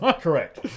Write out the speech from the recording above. Correct